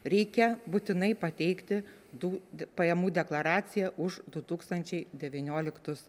reikia būtinai pateikti tų pajamų deklaraciją už du tūkstančiai devynioliktus